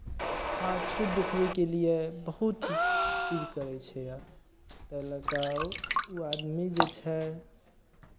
पाछू देखबैके लिए बहुत चीज करै छै एहि लऽ कऽ ओ आदमी जे छै